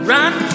Run